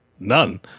none